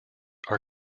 are